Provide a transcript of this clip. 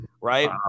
right